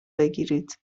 بگیرید